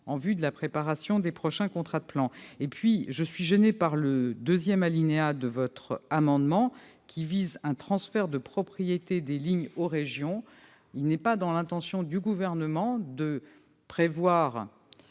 en vue de la préparation des prochains contrats de plan. De surcroît, je suis gênée par le deuxième alinéa de votre amendement, car il vise un transfert de propriété des lignes aux régions, ce que je ne n'approuve pas. Il n'est pas dans l'intention du Gouvernement de prévoir